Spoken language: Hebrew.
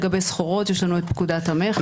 לגבי סחורות יש לנו פקודת המכס.